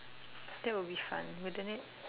that would be fun wouldn't it